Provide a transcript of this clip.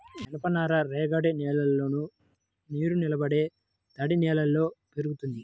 జనపనార రేగడి నేలల్లోను, నీరునిలబడే తడినేలల్లో పెరుగుతుంది